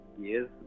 years